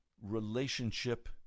relationship